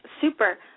Super